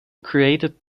created